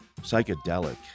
psychedelic